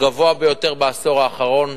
זה הגבוה ביותר בעשור האחרון.